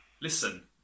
Listen